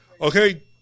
Okay